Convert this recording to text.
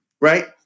right